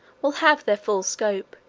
will have their full scope,